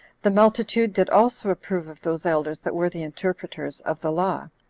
the multitude did also approve of those elders that were the interpreters of the law.